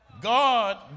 God